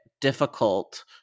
difficult